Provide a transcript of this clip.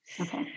Okay